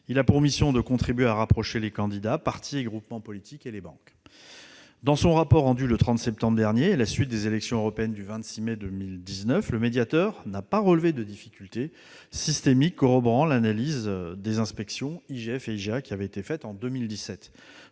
a pour mission de contribuer à rapprocher les candidats, partis et groupements politiques et les banques. Dans son rapport rendu le 30 septembre dernier, à la suite des élections européennes du 26 mai 2019, le médiateur n'a pas relevé de difficultés systémiques, corroborant ainsi l'analyse menée en 2017